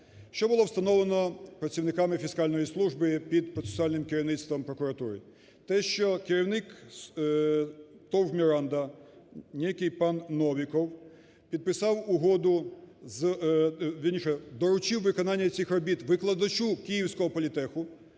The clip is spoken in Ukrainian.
Що було встановлено працівниками Фіскальної служби під процесуальним керівництвом прокуратури. Те, що керівник ТОВ "Міранда" нєкій пан Новіков, підписав угоду, вірніше, доручив виконання цих робіт викладачу Київського політеху,